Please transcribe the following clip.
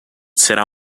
será